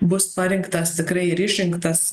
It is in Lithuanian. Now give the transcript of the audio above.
bus parinktas tikrai ir išrinktas